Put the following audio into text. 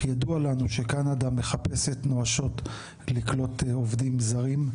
ידוע לנו שקנדה מחפשת נואשות לקלוט עובדים זרים,